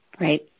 right